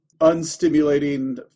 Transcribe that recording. unstimulating